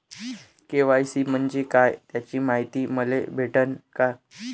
KYC म्हंजे काय त्याची मायती मले भेटन का?